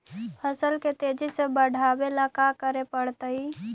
फसल के तेजी से बढ़ावेला का करे पड़तई?